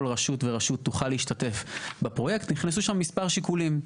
רשות ורשות תוכל להשתתף בפרויקט נכנסו שם מספר שיקולים.